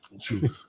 true